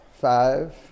Five